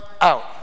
out